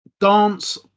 dance